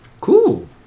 Cool